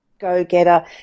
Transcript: go-getter